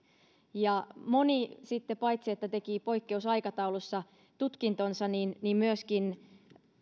ja moni paitsi että teki poikkeusaikataulussa tutkintonsa myöskin